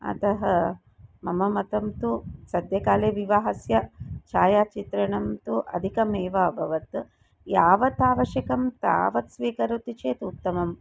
अतः मम मतं तु सद्यःकाले विवाहस्य छायाचित्रणं तु अधिकमेव अभवत् यावत् आवश्यकं तावत् स्वीकरोति चेत् उत्तमम्